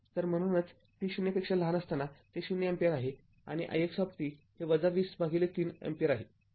तरम्हणूनच t 0 साठी ते ० ampere आहे आणि ix हे २०३ मिळाले आहे